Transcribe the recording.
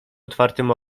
otwartym